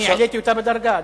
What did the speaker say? אני העליתי אותה בדרגה.